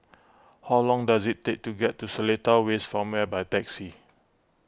how long does it take to get to Seletar West Farmway by taxi